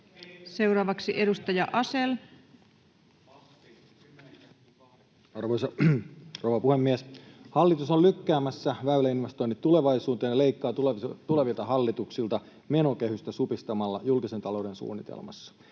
Seuraavaksi edustaja Asell. Arvoisa rouva puhemies! Hallitus on lykkäämässä väyläinvestoinnit tulevaisuuteen ja leikkaa tulevilta hallituksilta menokehystä supistamalla julkisen talouden suunnitelmassa.